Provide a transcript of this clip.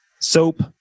soap